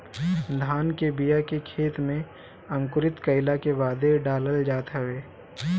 धान के बिया के खेते में अंकुरित कईला के बादे डालल जात हवे